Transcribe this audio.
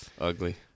ugly